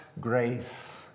grace